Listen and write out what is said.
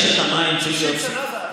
משק המים צריך להיות, 60 שנה זה היה ככה.